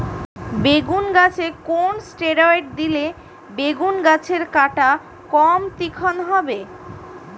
বেগুন গাছে কোন ষ্টেরয়েড দিলে বেগু গাছের কাঁটা কম তীক্ষ্ন হবে?